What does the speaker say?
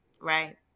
right